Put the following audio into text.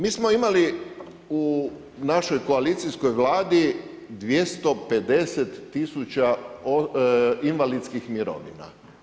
Mi smo imali u našoj koalicijskoj Vladi 250 000 invalidskih mirovina.